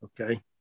okay